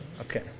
Okay